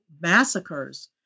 massacres